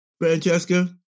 Francesca